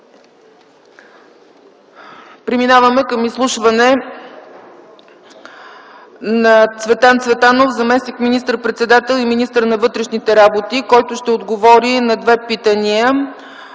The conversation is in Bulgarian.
Преминаваме към изслушване на Цветан Цветанов – заместник министър-председател и министър на вътрешните работи, който ще отговори на две питания.